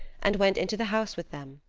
and went into the house with them,